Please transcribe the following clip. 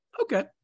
Okay